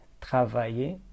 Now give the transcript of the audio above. travailler